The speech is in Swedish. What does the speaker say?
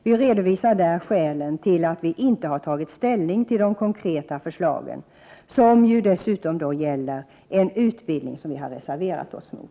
Vi redovisar där skälen till att vi inte har tagit ställning till de konkreta förslagen, som dessutom gäller en utbildning som vi har reserverat oss mot.